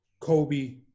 Kobe